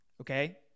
okay